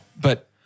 But-